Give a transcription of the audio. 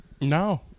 No